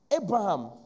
Abraham